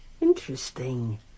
Interesting